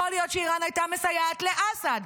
יכול להיות שאיראן הייתה מסייעת לאסד.